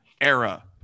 era